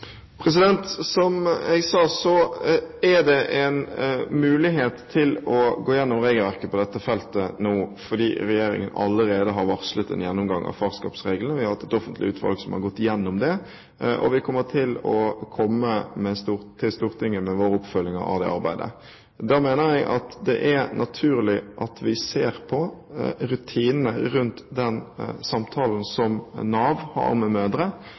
dette? Som jeg sa, er det en mulighet til å gå gjennom regelverket på dette feltet nå, fordi regjeringen allerede har varslet en gjennomgang av farskapsreglene. Vi har hatt et offentlig utvalg som har gått gjennom det, og vi vil komme til Stortinget med vår oppfølging av det arbeidet. Da mener jeg at det er naturlig at vi ser på rutinene rundt den samtalen som Nav har med mødre,